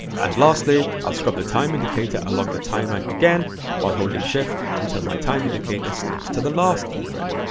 and lastly, i'll scrub the time indicator along the timeline again while holding shift, until my time indicator snaps to the last keyframe.